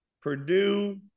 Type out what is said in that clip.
Purdue